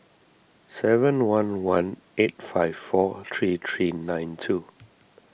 seven one one eight five four three three nine two